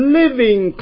living